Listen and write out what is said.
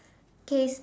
okay